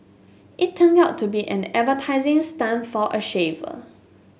it turned out to be an advertising stunt for a shaver